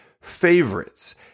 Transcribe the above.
favorites